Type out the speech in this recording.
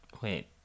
Wait